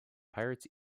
pirates